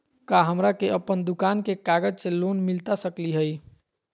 का हमरा के अपन दुकान के कागज से लोन मिलता सकली हई?